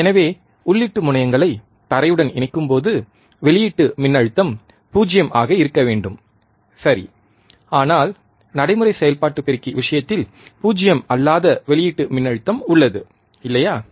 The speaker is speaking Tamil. எனவே உள்ளீட்டு முனையங்களை தரையுடன் இணைக்கும்போது வெளியீட்டு மின்னழுத்தம் 0 ஆக இருக்க வேண்டும் சரி ஆனால் நடைமுறை செயல்பாட்டு பெருக்கி விஷயத்தில் 0 அல்லாத வெளியீட்டு மின்னழுத்தம் உள்ளது இல்லையா